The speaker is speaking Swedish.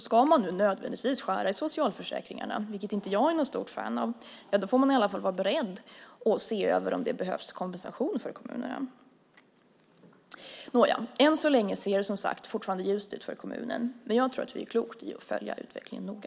Ska man nödvändigtvis skära i socialförsäkringarna, vilket inte jag är något stort fan av, får man i alla fall vara beredd att se över om det behövs kompensation för kommunerna. Än så länge ser det, som sagt, fortfarande ljust ut för kommunerna. Men jag tror att vi gör klokt i att följa utvecklingen noga.